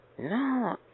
No